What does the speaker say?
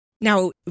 Now